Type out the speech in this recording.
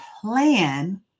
plan